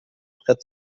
brett